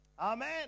Amen